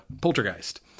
Poltergeist